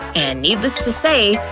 and needless to say,